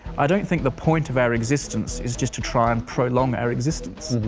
i don't think the point of our existence is just to try and prolong our existence.